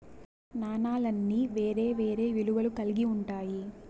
నాణాలన్నీ వేరే వేరే విలువలు కల్గి ఉంటాయి